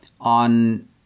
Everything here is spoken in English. on